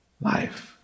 life